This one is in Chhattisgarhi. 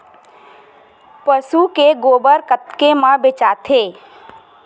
पशु के गोबर कतेक म बेचाथे?